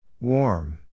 Warm